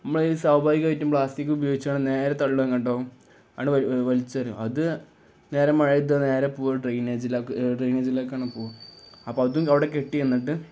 നമ്മള് ഈ സ്വാഭാവികായിട്ടും പ്ലാസ്റ്റിക് ഉപയോഗിച്ചാണ് നേരെ തള്ളുക എങ്ങോട്ടാവും വലിച്ചെറിയും അതു നേരെ മഴയത്തു നേരെ പോവുക ഡ്രെയ്നേജില് ഡ്രെയ്നേജിലേക്കാണ് പോവുക അപ്പോള് അതും അവിടെ കെട്ടിനിന്നിട്ട്